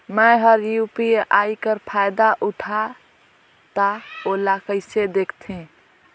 मैं ह यू.पी.आई कर फायदा उठाहा ता ओला कइसे दखथे?